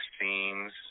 scenes